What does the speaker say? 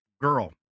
girl